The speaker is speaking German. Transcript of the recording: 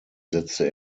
setzte